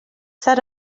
set